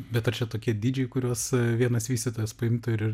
bet ar čia tokie dydžiai kuriuos vienas vystytojas paimtų ir ir